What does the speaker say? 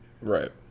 right